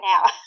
now